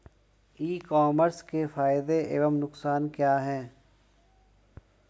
ई commerce के फायदे एवं नुकसान क्या हैं?